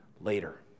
later